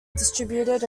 distributed